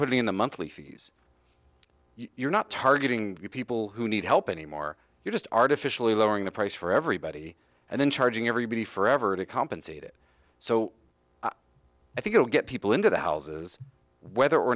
putting in the monthly fees you're not targeting people who need help anymore you're just artificially lowering the price for everybody and then charging everybody forever to compensate it so i think you'll get people into the houses whether or